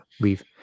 leave